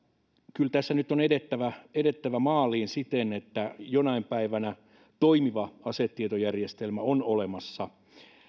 kyllä tässä nyt on edettävä edettävä maaliin siten että jonain päivänä toimiva asetietojärjestelmä on olemassa